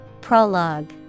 Prologue